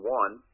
one